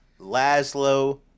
laszlo